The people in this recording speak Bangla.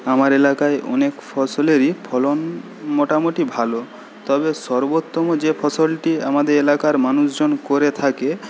আমার এলাকায় অনেক ফসলেরই ফলন মোটামুটি ভালো তবে সর্বোত্তম যে ফসলটি আমাদের এলাকার মানুষজন করে থাকে